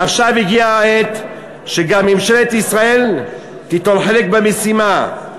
עכשיו הגיעה העת שגם ממשלת ישראל תיטול חלק במשימה.